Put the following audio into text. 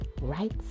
Right